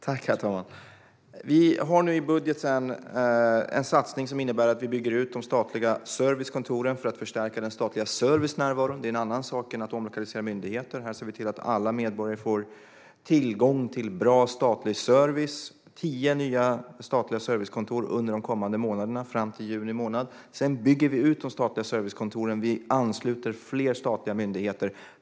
Herr talman! Vi har nu i budgeten en satsning som innebär att vi bygger ut de statliga servicekontoren för att förstärka den statliga servicenärvaron. Det är en annan sak än att omlokalisera myndigheter. Här ser vi till att alla medborgare får tillgång till bra statlig service. Det handlar om tio nya statliga servicekontor under de kommande månaderna fram till juni månad. Sedan bygger vi ut de statliga servicekontoren. Vi ansluter fler statliga myndigheter.